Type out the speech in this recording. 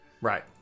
Right